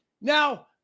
Now